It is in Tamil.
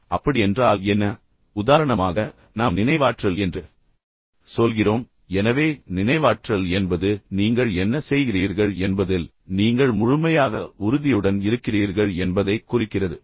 அப்படியென்றால் என்ன உதாரணமாக நாம் நினைவாற்றல் என்று சொல்கிறோம் எனவே நினைவாற்றல் என்பது நீங்கள் என்ன செய்கிறீர்கள் என்பதில் நீங்கள் முழுமையாக உறுதியுடன் இருக்கிறீர்கள் என்பதைக் குறிக்கிறது